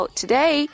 today